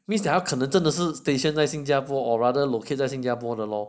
means that 他可能真的是 station 在新加坡 or rather located 新加坡的 lor